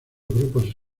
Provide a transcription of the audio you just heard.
grupos